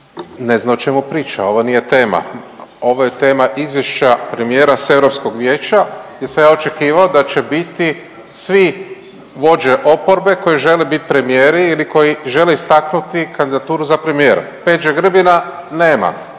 ne zna o čemu priča, ovo nije tema, ovo je tema izvješća premijera s Europskog vijeća gdje sam ja očekivao da će biti svi vođe oporbe koji žele bit premijeri ili koji žele istaknuti kandidaturu za premijera. Peđe Grbina nema,